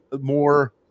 more